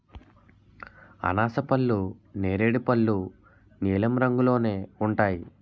అనాసపళ్ళు నేరేడు పళ్ళు నీలం రంగులోనే ఉంటాయి